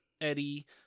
Eddie